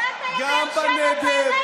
בנגב.